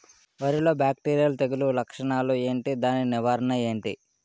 వరి లో బ్యాక్టీరియల్ తెగులు లక్షణాలు ఏంటి? దాని నివారణ ఏంటి?